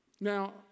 Now